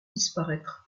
disparaître